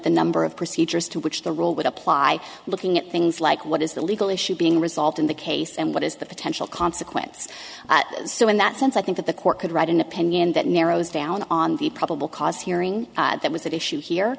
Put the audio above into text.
the number of procedures to which the role would apply looking at things like what is the legal issue being resolved in the case and what is the potential consequence so in that sense i think that the court could write an opinion that narrows down on the probable cause hearing that was an issue here